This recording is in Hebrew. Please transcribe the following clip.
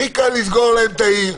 הכי קל לסגור להם את העיר,